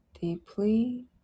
deeply